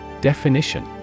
Definition